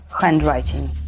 handwriting